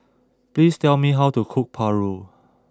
please tell me how to cook Paru